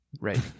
Right